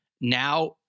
Now